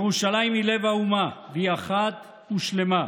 ירושלים היא לב האומה והיא אחת ושלמה.